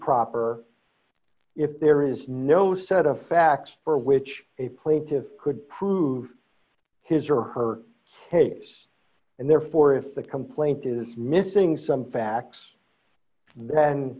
proper if there is no set of facts for which a plaintive could prove his or her case and therefore if the complaint is missing some facts then